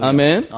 Amen